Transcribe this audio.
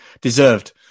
deserved